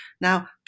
Now